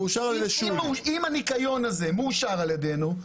אם הניקיון הזה מאושר על ידינו,